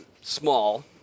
small